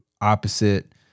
opposite